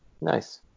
Nice